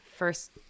first